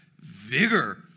vigor